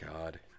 God